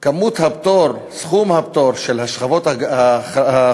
כמות הפטור, סכום הפטור של השכבות החזקות